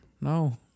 No